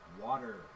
water